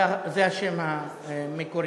זה השם המקורי.